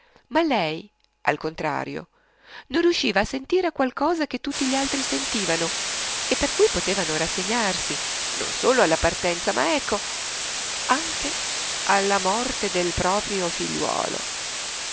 ma lei al contrario non riusciva a sentire qualcosa che tutti gli altri sentivano e per cui potevano rassegnarsi non solo alla partenza ma ecco anche alla morte del proprio figliuolo